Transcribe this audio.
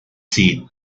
speed